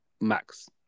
max